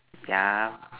yeah